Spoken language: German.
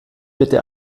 bitte